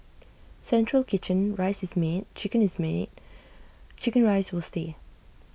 central kitchen rice is made chicken is made Chicken Rice will stay